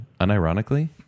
Unironically